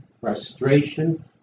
frustration